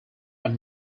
are